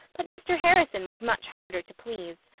but mr. harrison was much harder to please.